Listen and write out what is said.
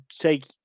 take